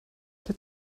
der